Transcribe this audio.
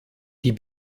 die